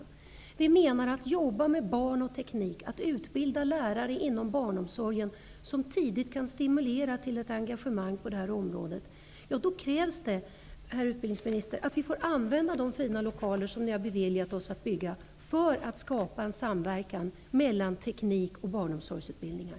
Om vi skall kunna arbeta med barn och teknik och utbilda lärare inom barnomsorgen som tidigt kan stimulera till ett engagemang på detta område krävs det, herr utbildningsminister, att vi får använda de fina lokaler som ni har beviljat oss att bygga. Det krävs för att vi skall kunna skapa en samverkan mellan teknik och barnomsorgsutbildningar.